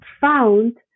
found